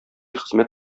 хезмәт